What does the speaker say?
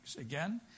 Again